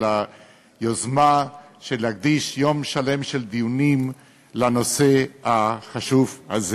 היוזמה להקדיש יום שלם של דיונים לנושא החשוב הזה.